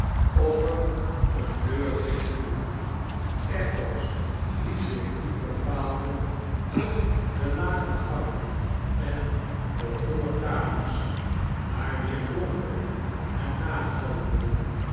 er eeae deur dichtviel echo's die zich aiet bepaaldea tot de lage gangen en de hohe kamersi maar weerklonken ea